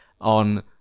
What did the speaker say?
on